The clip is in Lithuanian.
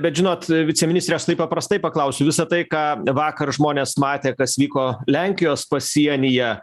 bet žinot viceministre aš taip paprastai paklausiu visa tai ką vakar žmonės matė kas vyko lenkijos pasienyje